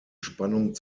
spannung